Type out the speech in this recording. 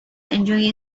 enjoy